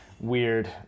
Weird